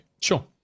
sure